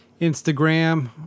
Instagram